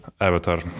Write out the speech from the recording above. avatar